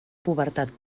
pubertat